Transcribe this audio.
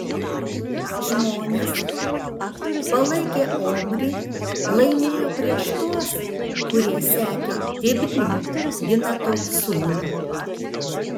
žmonės palaikę omrį laimėjo prieš tuos kurie sekė tibnį ginato sūnų